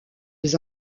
les